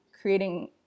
creating